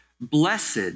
blessed